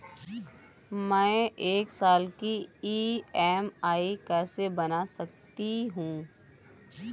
मैं एक साल की ई.एम.आई कैसे बना सकती हूँ?